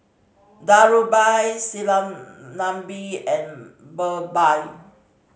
Dhirubhai Sinnathamby and Birbal